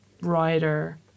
writer